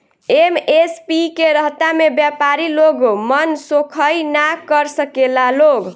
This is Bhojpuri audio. एम.एस.पी के रहता में व्यपारी लोग मनसोखइ ना कर सकेला लोग